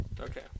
Okay